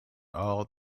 all